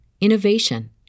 innovation